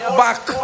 back